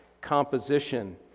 composition